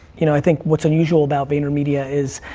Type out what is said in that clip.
you know, i think what's unusual about vaynermedia is,